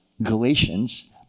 Galatians